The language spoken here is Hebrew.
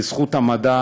בזכות המדע